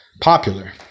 popular